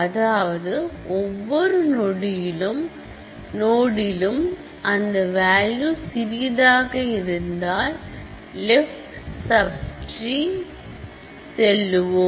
அதாவது ஒவ்வொரு நொடிலும் அந்த வேல்யூ சிறியதாக இருந்தால் லெப்ட் சப் ட்ரி செல்லுவோம்